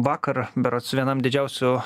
vakar berods vienam didžiausių